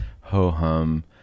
ho-hum